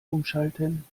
umschalten